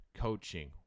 coaching